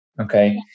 Okay